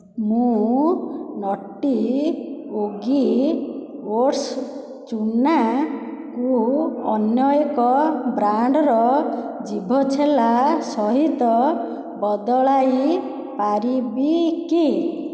ମୁଁ nutty yogi oats ଚୁନାକୁ ଅନ୍ୟ ଏକ ବ୍ରାଣ୍ଡ୍ର ଜିଭଛେଲା ସହିତ ବଦଳାଇ ପାରିବି କି